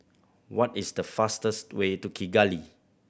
what is the fastest way to Kigali